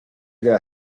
queda